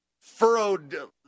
furrowed